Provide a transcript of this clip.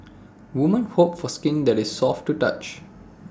women hope for skin that is soft to touch